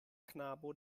knabo